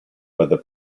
vada